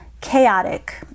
chaotic